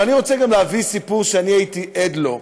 אבל אני רוצה להביא סיפור שהייתי עד לו.